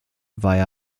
via